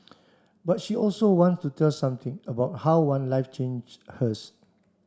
but she also wants to tell something about how one life change hers